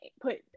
put